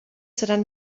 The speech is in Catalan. seran